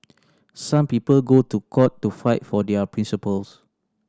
some people go to court to fight for their principles